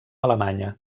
alemanya